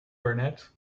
burnett